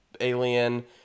alien